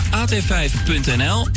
at5.nl